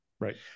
Right